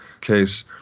case